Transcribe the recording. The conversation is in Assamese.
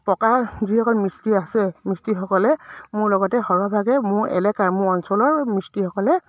পকা যিসকল মিস্ত্ৰি আছে মিস্ত্ৰিসকলে মোৰ লগতে সৰহভাগে মোৰ এলেকাৰ মোৰ অঞ্চলৰ মিস্ত্ৰিসকলে